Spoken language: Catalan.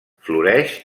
floreix